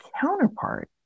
counterpart